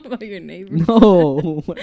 no